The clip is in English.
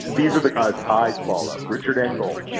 these are the guys i follow. richard engel,